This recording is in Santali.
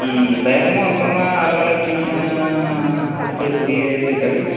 ᱥᱮᱨᱚᱠᱚᱢᱟᱜ ᱚᱱᱠᱟᱱᱢᱟ ᱟᱞᱮ ᱢᱟᱞᱮ ᱟᱹᱠᱷᱟᱨᱤᱧᱮᱫᱼᱟ ᱥᱚᱭᱠᱩᱲᱤ ᱥᱚᱭᱪᱟᱲᱤᱥ